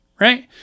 right